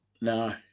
No